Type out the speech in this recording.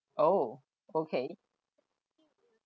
oh okay